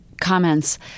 comments